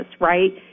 right